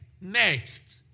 Next